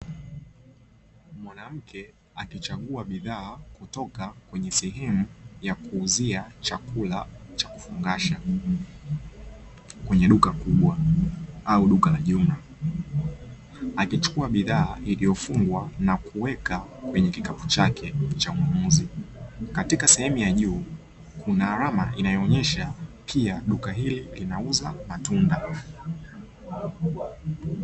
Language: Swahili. Mwanamke akichagua bidhaa kutoka kwenye sehemu ya kuuzia chakula cha kufungasha kwenye duka kubwa au duka la jumla, akichukua bidhaa iliyofungwa na kuweka kwenye kikapu chake cha ununuzi sehemu ya juu kuna alama inayoonyesha pia duka hili linauza matunda.